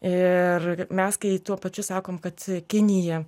ir mes kai tuo pačiu sakom kad kinija